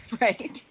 right